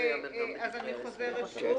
חוזרת שוב: